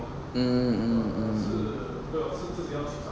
mm mm mm mm